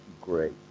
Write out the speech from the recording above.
Great